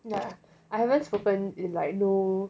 ya I haven't spoken in like no